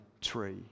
tree